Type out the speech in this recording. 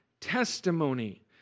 testimony